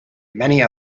many